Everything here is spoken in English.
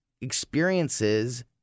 experiences